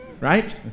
right